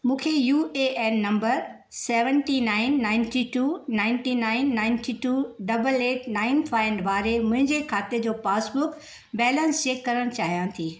मूंखे U A N number seventy nine ninety two ninety nine ninety two double eight nine five वारे मुंहिंजे खाते जो passbook balance check करणु चाहियां थी